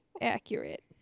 accurate